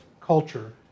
culture